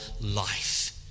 life